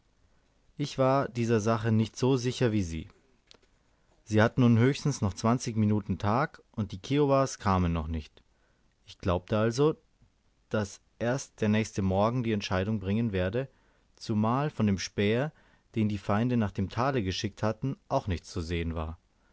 ich war dieser sache nicht so sicher wie sie wir hatten nun höchstens noch zwanzig minuten tag und die kiowas kamen noch nicht ich glaubte also daß erst der nächste morgen die entscheidung bringen werde zumal von dem späher den die feinde nach dem tale geschickt hatten auch nichts zu sehen war